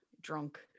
drunk